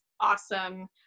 awesome